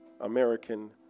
American